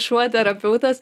šuo terapeutas